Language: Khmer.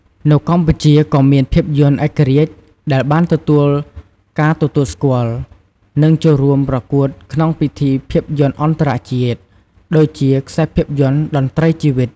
នៅកម្ពុជា ក៏មានភាពយន្តឯករាជ្យដែលបានទទួលការទទួលស្គាល់ និងចូលរួមប្រកួតក្នុងពិធីភាពយន្តអន្តរជាតិ ដូចជា ខ្សែភាពយន្ត តន្រ្តីជីវិត។